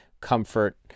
comfort